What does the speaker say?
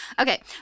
okay